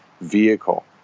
vehicle